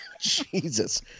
Jesus